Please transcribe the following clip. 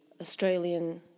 Australian